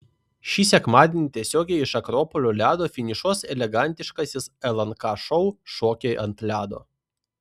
šį sekmadienį tiesiogiai iš akropolio ledo finišuos elegantiškasis lnk šou šokiai ant ledo